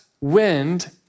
wind